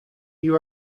you